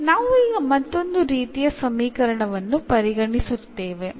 ನಾವು ಈಗ ಮತ್ತೊಂದು ರೀತಿಯ ಸಮೀಕರಣವನ್ನು ಪರಿಗಣಿಸುತ್ತೇವೆ